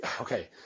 okay